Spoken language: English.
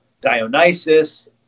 Dionysus